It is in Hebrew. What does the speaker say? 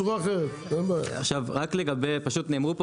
עכשיו לגבי הטיעונים שנאמרו פה,